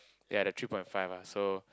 ya the three point five ah so